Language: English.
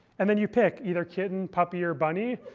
and then you pick either kitten, puppy, or bunny.